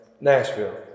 Nashville